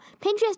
Pinterest